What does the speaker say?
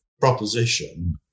proposition